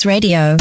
Radio